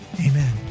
amen